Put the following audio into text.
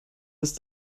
ist